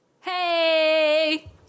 hey